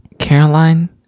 Caroline